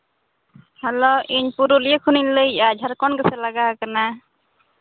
hello ᱤᱧ ᱯᱩᱨᱩᱞᱤᱭᱟᱹ ᱠᱷᱚᱱᱤᱧ ᱞᱟᱹᱭ ᱮᱫᱼᱟ ᱡᱷᱟᱲᱠᱷᱚᱸᱰ ᱜᱮᱥᱮ ᱞᱟᱜᱟᱣ ᱠᱟᱱᱟ